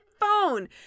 phone